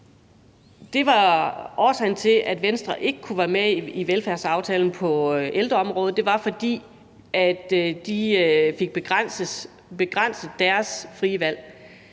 frie valg. Årsagen til, at Venstre ikke kunne være med i velfærdsaftalen på ældreområdet, var, at de ældre fik begrænset deres frie valg.